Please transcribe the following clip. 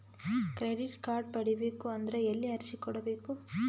Credit card ಪಡಿಬೇಕು ಅಂದ್ರ ಎಲ್ಲಿ ಅರ್ಜಿ ಕೊಡಬೇಕು?